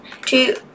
two